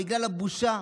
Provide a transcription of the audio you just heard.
בגלל הבושה,